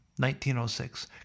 1906